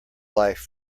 life